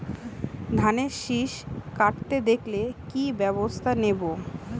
ধানের শিষ কাটতে দেখালে কি ব্যবস্থা নেব?